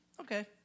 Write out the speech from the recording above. okay